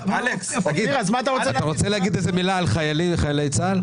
אתה רוצה להגיד מילה טובה על העלאת שכר חיילי החובה?